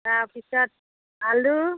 তাৰপিছত আলু